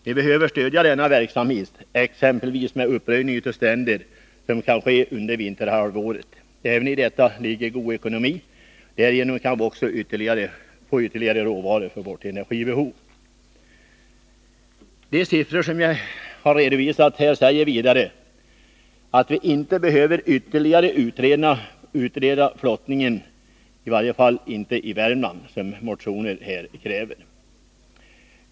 Vi behöver stödja denna verksamhet, exempelvis med uppröjning av stränder, vilket kan ske under vinterhalvåret. Även i detta ligger det god ekonomi. Härigenom kan vi också få ytterligare råvaror för vårt energibehov. De siffror som jag redovisat säger vidare att vi inte behöver ytterligare utreda flottningen, i varje fall inte den i Värmland, som motionärerna här kräver.